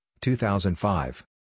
2005